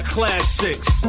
Classics